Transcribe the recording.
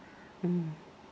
mm